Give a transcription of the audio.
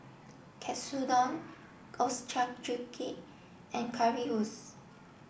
Katsudon Ochazuke and Currywurst